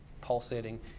pulsating